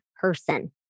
person